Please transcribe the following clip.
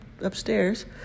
upstairs